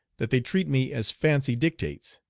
that they treat me as fancy dictates,